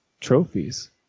trophies